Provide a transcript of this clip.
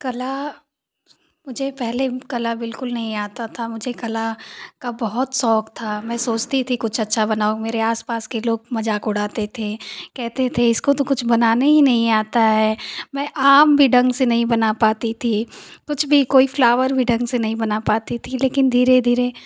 कला मुझे पहले कला बिल्कुल नहीं आता था मुझे कला का बहुत शौक़ था में सोचती थी कुछ अच्छा बनाऊँ मेरे आसपास के लोग मज़ाक उड़ाते थे कहते थे इसको तो कुछ बनाने ही नहीं आता है मैं आम भी ढंग से नहीं बना पाती थी कुछ भी कोई फ्लावर भी ढंग से नहीं बना पाती थी लेकिन धीरे धीरे